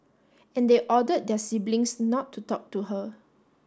and they ordered their siblings not to talk to her